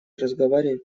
разговаривать